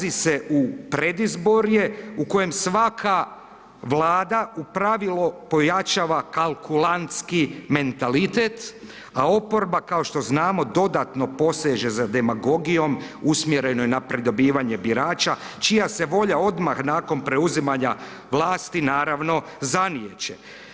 Ulazi se u predizborje u kojem svaka Vlada u pravilu pojačava kalkulantski mentalitet, a oporba, kao što znamo, dodatno poseže za demagogijom usmjerenoj na pridobivanje birača, čija se volja odmah nakon preuzimanja vlasti, naravno, zaniječe.